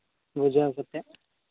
ᱵᱩᱡᱷᱟᱹᱣ ᱠᱟᱛᱮᱫ